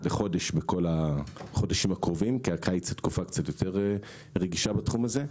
לחודש במשך החודשים הקרובים כי הקיץ היא תקופה קצת יותר רגישה בתחום הזה.